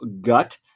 gut